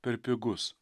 per pigus